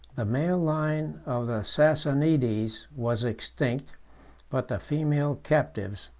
the male line of the sassanides was extinct but the female captives,